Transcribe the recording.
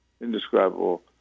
indescribable